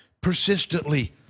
persistently